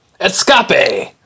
escape